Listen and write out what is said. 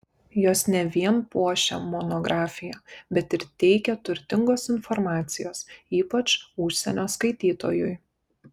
jos ne vien puošia monografiją bet ir teikia turtingos informacijos ypač užsienio skaitytojui